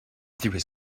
through